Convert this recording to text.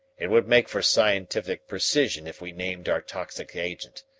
it would make for scientific precision if we named our toxic agent.